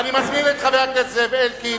אני מזמין את חבר הכנסת זאב אלקין.